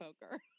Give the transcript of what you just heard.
poker